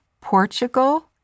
Portugal